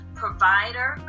provider